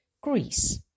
Greece